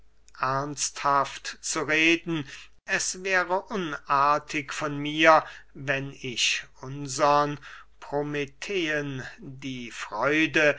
ernsthaft zu reden es wäre unartig von mir wenn ich unsern prometheen die freude